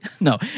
No